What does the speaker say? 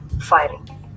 firing